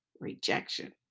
rejection